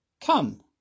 Come